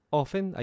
often